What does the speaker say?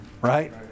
right